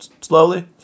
slowly